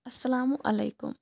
السلام علیکم